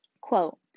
Quote